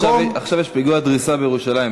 עכשיו יש פיגוע דריסה בירושלים,